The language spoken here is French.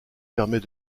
permet